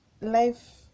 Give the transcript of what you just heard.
life